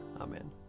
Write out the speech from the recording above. Amen